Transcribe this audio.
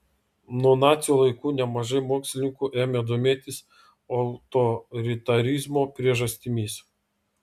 nuo nacių laikų nemažai mokslininkų ėmė domėtis autoritarizmo priežastimis